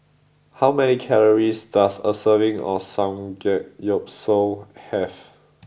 how many calories does a serving of Samgeyopsal have